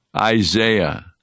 Isaiah